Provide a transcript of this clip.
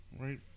right